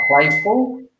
playful